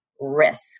risk